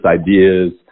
ideas